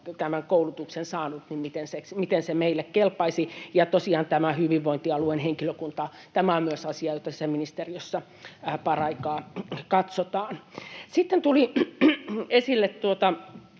on muualla saanut, niin miten se meille kelpaisi. Ja tosiaan tämä hyvinvointialueen henkilökunta on myös asia, jota sisäministeriössä paraikaa katsotaan. Sitten tulivat esille